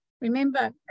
Remember